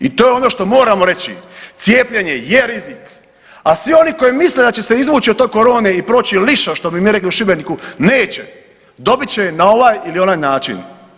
I to je ono što moramo reći, cijepljenje je rizik, a svi oni koji misle da će se izvući od te korone i proći lišo što bi mi rekli u Šibeniku neće, dobit će je na ovaj ili onaj način.